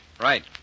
Right